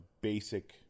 basic